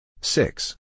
Six